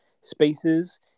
spaces